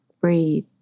Breathe